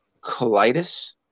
colitis